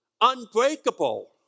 unbreakable